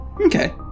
Okay